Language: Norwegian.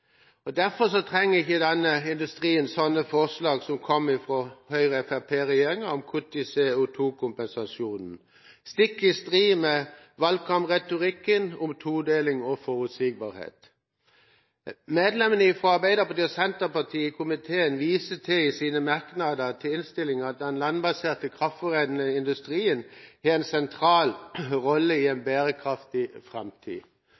Derfor trenger ikke denne industrien slike forslag som kom fra Høyre–Fremskrittsparti-regjeringa om kutt i CO2-kompensasjonen – stikk i strid med valgkampretorikken om todeling og forutsigbarhet. Medlemmene fra Arbeiderpartiet og Senterpartiet i komiteen viser i våre merknader i innstillingen til at den landbaserte kraftforedlende industrien har en sentral rolle i en bærekraftig framtid.